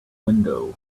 window